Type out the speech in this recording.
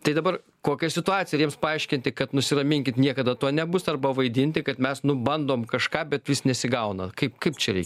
tai dabar kokia situacija ar jiems paaiškinti kad nusiraminkit niekada to nebus arba vaidinti kad mes bandom kažką bet vis nesigauna kaip kaip čia reikia